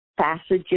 passages